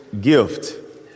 gift